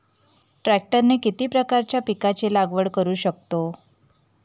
ट्रॅक्टरने किती प्रकारच्या पिकाची लागवड करु शकतो?